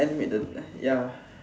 N made the ya